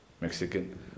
Mexican